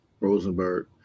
Rosenberg